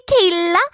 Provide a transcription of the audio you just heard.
Kayla